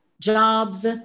jobs